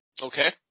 Okay